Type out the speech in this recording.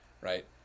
right